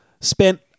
spent